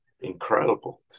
incredible